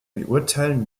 beurteilen